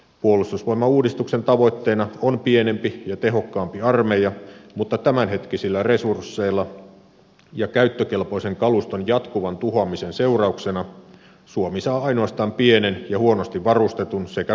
puolustusvoimauudistuksen tavoitteena on pienempi ja tehokkaampi armeija mutta tämänhetkisillä resursseilla ja käyttökelpoisen kaluston jatkuvan tuhoamisen seurauksena suomi saa ainoastaan pienen ja huonosti varustetun sekä koulutetun armeijan